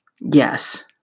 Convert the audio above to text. Yes